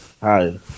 Hi